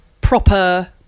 proper